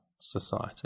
Society